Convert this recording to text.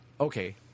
Okay